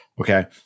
Okay